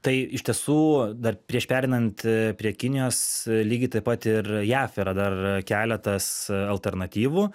tai iš tiesų dar prieš pereinant prie kinijos lygiai taip pat ir jav yra dar keletas alternatyvų